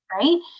right